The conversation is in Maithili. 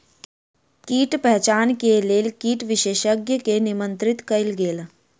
कीट पहचान के लेल कीट विशेषज्ञ के निमंत्रित कयल गेल